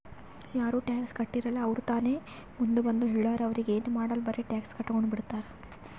ಯಾರು ಟ್ಯಾಕ್ಸ್ ಕಟ್ಟಿರಲ್ಲ ಅವ್ರು ತಾನೇ ಮುಂದ್ ಬಂದು ಹೇಳುರ್ ಅವ್ರಿಗ ಎನ್ ಮಾಡಾಲ್ ಬರೆ ಟ್ಯಾಕ್ಸ್ ಕಟ್ಗೊಂಡು ಬಿಡ್ತಾರ್